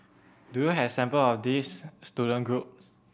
do you have example of these student group